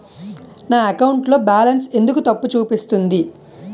నా అకౌంట్ లో బాలన్స్ ఎందుకు తప్పు చూపిస్తుంది?